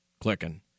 clicking